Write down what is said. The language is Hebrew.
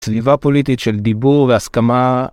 סביבה פוליטית של דיבור והסכמה.